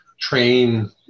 train